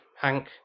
Hank